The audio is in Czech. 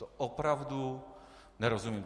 Tomu opravdu nerozumím.